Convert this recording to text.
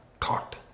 taught